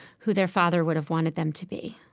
who their father would've wanted them to be